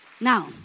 Now